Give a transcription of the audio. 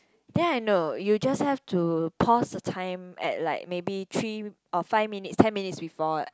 then I know you just have to post a time at like maybe three or five minutes ten minutes before